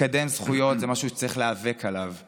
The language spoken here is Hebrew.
לקדם זכויות זה משהו שצריך להיאבק עליו.